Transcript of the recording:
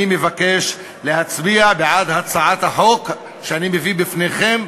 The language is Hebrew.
אני מבקש להצביע בעד הצעת החוק שאני מביא בפניכם,